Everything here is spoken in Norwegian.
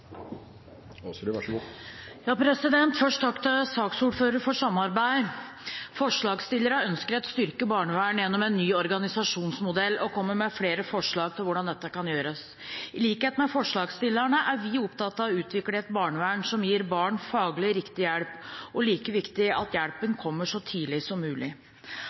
til saksordfører for samarbeidet. Forslagsstillerne ønsker et styrket barnevern gjennom en ny organisasjonsmodell og kommer med flere forslag til hvordan dette kan gjøres. I likhet med forslagsstillerne er vi opptatt av å utvikle et barnevern som gir barn faglig riktig hjelp, og like viktig: at hjelpen kommer så tidlig som mulig.